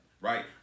Right